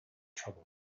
trouble